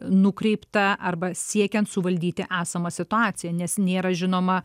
nukreiptą arba siekiant suvaldyti esamą situaciją nes nėra žinoma